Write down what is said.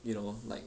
you know like